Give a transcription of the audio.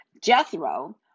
Jethro